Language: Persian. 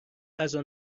غذا